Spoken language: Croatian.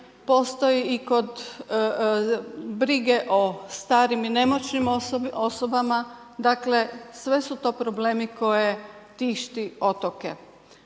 postoji i kod brige o starim i nemoćnim osobama, dakle, sve su to problemi koje tišti otoke.